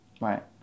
right